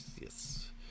yes